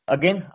Again